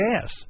gas